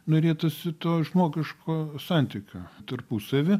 norėtųsi to žmogiško santykio tarpusavy